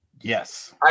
Yes